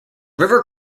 river